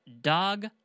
Dog